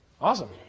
Awesome